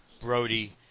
Brody